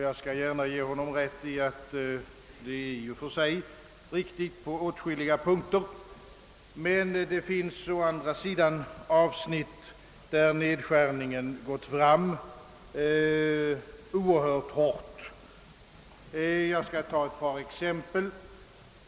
Jag skall gärna ge honom rätt i att så är förhållandet på åtskilliga punkter, men det finns å andra sidan avsnitt, där nedskärningen gått fram oerhört hårt. Jag skall ta ett par exempel.